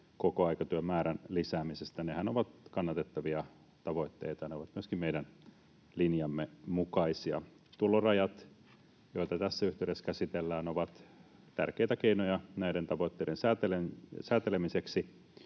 kokoaikatyön määrän lisäämisestä — nehän ovat kannatettavia tavoitteita. Ne ovat myöskin meidän linjamme mukaisia. Tulorajat, joita tässä yhteydessä käsitellään, ovat tärkeitä keinoja näiden tavoitteiden säätelemiseksi.